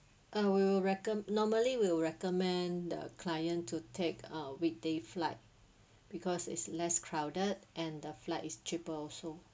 I will reco~ normally we'll recommend the client to take a weekday flight because it's less crowded and the flight is cheaper also